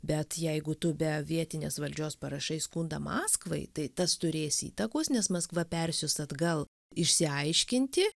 bet jeigu tu be vietinės valdžios parašai skundą maskvai tai tas turės įtakos nes maskva persiųs atgal išsiaiškinti